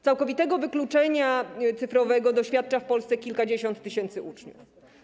Całkowitego wykluczenia cyfrowego doświadcza w Polsce kilkadziesiąt tysięcy uczniów.